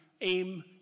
aim